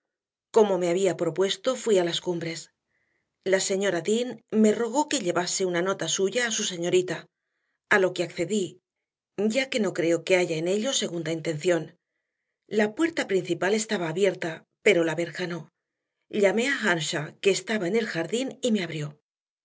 como me había propuesto fui a las cumbres la señora dean me rogó que llevase una nota suya a su señorita a lo que accedí ya que no creo que haya en ello segunda intención la puerta principal estaba abierta pero la verja no llamé a earnshaw que estaba en el jardín y me abrió